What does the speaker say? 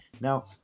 Now